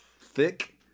thick